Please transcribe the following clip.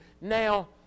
Now